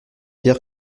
hier